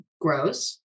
grows